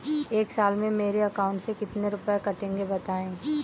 एक साल में मेरे अकाउंट से कितने रुपये कटेंगे बताएँ?